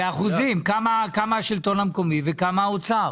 באחוזים, כמה השלטון המקומי וכמה האוצר?